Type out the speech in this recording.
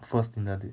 first Tinder date